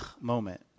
moment